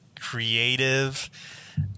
creative